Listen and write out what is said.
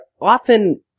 often